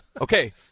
Okay